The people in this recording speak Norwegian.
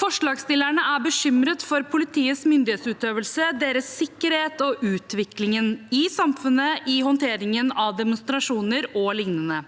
Forslagsstillerne er bekymret for politiets myndighetsutøvelse, deres sikkerhet og utviklingen i samfunnet i håndteringen av demonstrasjoner og lignende.